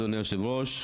אדוני היושב-ראש,